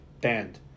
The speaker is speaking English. band